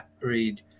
read